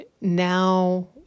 Now